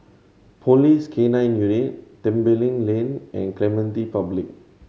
Police K Nine Unit Tembeling Lane and Clementi Public